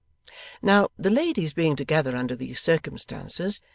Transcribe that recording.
now, the ladies being together under these circumstances,